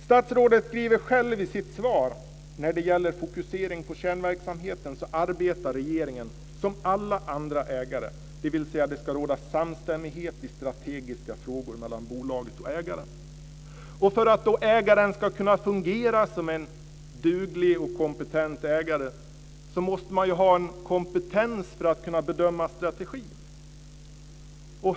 Statsrådet skriver själv i sitt svar att när det gäller fokuseringen på kärnverksamheten arbetar regeringen som alla andra ägare, dvs. det ska råda samstämmighet i strategiska frågor mellan bolaget och ägaren. För att ägaren ska kunna fungera som en duglig och kompetent ägare måste man ha kompetens för att kunna bedöma strategin.